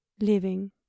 living